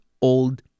old